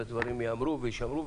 ודברים ייאמרו ויישמעו,